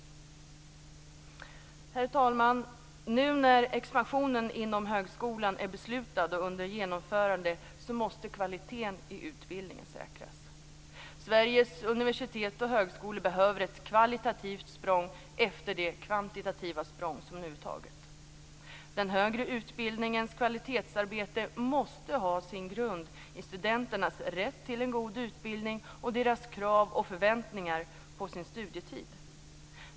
Herr talman! Nu när expansionen inom högskolan är beslutad och under genomförande måste kvaliteten i utbildningen säkras. Sveriges universitet och högskolor behöver ett kvalitativt språng efter det kvantitativa språng som nu är taget. Den högre utbildningens kvalitetsarbete måste ha sin grund i studenternas rätt till en god utbildning och deras krav och förväntningar på sin studietid.